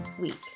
week